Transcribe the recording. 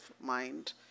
mind